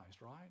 right